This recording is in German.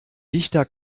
dichter